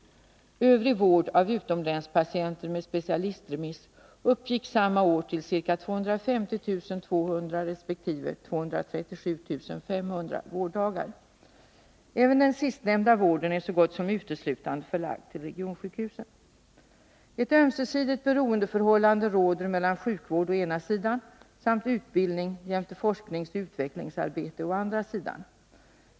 Övrig vård av utomlänspatienter med specialistremiss uppgick under samma år till ca 250 200 resp. 237 500 vårddagar. Även den sistnämnda vården är så gott som uteslutande förlagd till regionsjukhusen. Ett ömsesidigt beroendeförhållande råder mellan sjukvård å ena sidan samt utbildning jämte forskningsoch utvecklingsarbete å andra sidan.